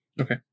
Okay